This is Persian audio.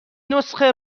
نسخه